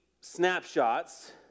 snapshots